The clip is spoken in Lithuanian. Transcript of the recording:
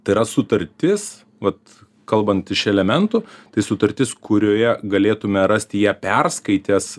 tai yra sutartis vat kalbant iš elementų tai sutartis kurioje galėtume rasti ją perskaitęs